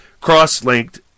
cross-linked